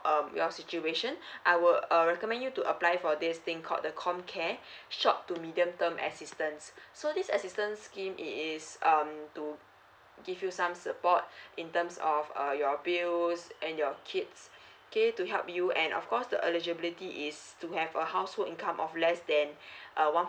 um your situation I will uh recommend you to apply for this thing called the com care short two medium term assistance so this assistance scheme it is um to give you some support in terms of err your bills and your kids okay to help you and of course the eligibility is still have a household income of less than a one